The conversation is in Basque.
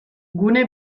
gune